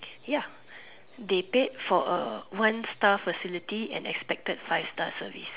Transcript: ya they paid for a one star facility and expected five star service